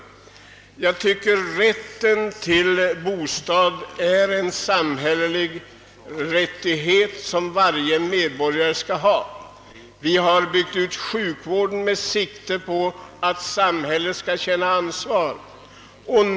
Jag tycker att rätten till bostad är en medborgerlig rättighet. Utbyggnaden av sjukvården har skett med sikte på att samhället skall bära ansvaret.